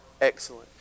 excellent